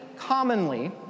commonly